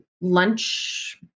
lunch